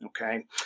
okay